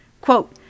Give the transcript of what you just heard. Quote